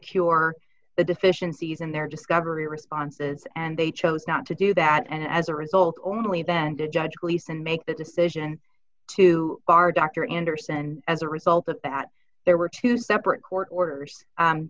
cure the deficiencies in their discovery responses and they chose not to do that and as a result only then to judge least and make the decision to bar dr anderson as a result of that there were two separate court orders